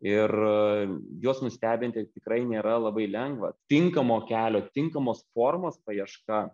ir juos nustebinti tikrai nėra labai lengva tinkamo kelio tinkamos formos paieška